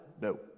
No